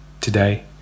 today